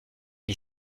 les